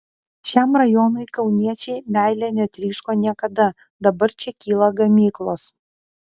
šiam rajonui kauniečiai meile netryško niekada dabar čia kyla gamyklos